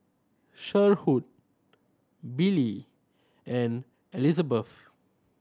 Sherwood Billy and Elizebeth